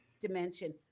dimension